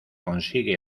consigue